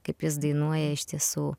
kaip jis dainuoja iš tiesų